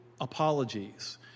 apologies